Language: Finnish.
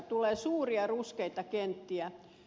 tulee suuria ruskeita kenttiä